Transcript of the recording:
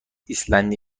ایسلندی